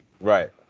right